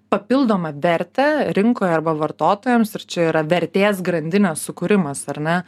papildomą vertę rinkoj arba vartotojams ir čia yra vertės grandinės sukūrimas ar ne